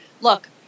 look